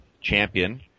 champion